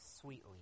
sweetly